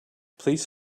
please